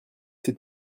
c’est